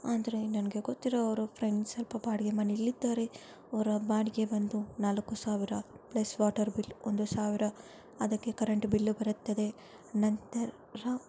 ಅಂದರೆ ನನಗೆ ಗೊತ್ತಿರೋ ಅವರು ಫ್ರೆಂಡ್ಸ್ ಸ್ವಲ್ಪ ಬಾಡಿಗೆ ಮನೆಯಲ್ಲಿದ್ದಾರೆ ಅವರ ಬಾಡಿಗೆ ಬಂದು ನಾಲ್ಕು ಸಾವಿರ ಪ್ಲಸ್ ವಾಟರ್ ಬಿಲ್ ಒಂದು ಸಾವಿರ ಅದಕ್ಕೆ ಕರೆಂಟ್ ಬಿಲ್ಲು ಬರುತ್ತದೆ ನಂತರ